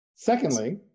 Secondly